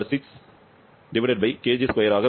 m6kg2 ஆக வரும்